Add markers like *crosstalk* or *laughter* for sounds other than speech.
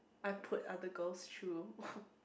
I put other girls through *laughs*